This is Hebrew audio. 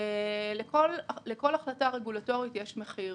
לכל החלטה רגולטרית יש מחיר.